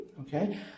Okay